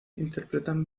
interpretan